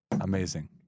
Amazing